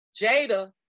Jada